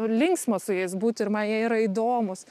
linksma su jais būt ir man jie yra įdomūs